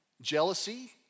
jealousy